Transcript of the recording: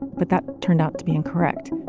but that turned out to be incorrect